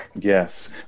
Yes